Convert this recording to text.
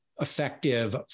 effective